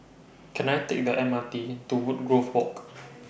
Can I Take The M R T to Woodgrove Walk